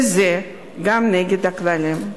וזה גם נגד הכללים.